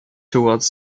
toward